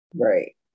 Right